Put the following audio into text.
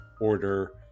order